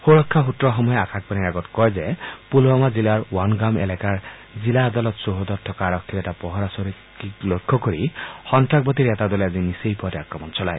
সুৰক্ষা সূত্ৰসমূহে আকাশবাণীৰ আগত কয় যে পুলুৱামা জিলাৰ ৱানগাম এলেকাৰ জিলা আদালত চৌহদত থকা আৰক্ষীৰ এটা পহৰা চকীক লক্ষ্য কৰি সন্ত্ৰাসবাদীৰ এটা দলে আজি নিচেই পুৱাতে আক্ৰমণ চলায়